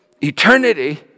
eternity